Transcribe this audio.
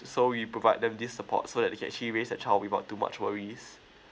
so we provide them this support so that they can actually raise a child without too much worries